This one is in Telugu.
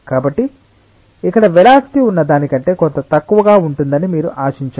కాబట్టి ఇక్కడ వెలాసిటి ఉన్నదానికంటే కొంత తక్కువగా ఉంటుందని మీరు ఆశించారు